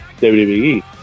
WWE